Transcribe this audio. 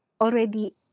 already